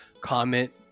Comment